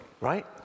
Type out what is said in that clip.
right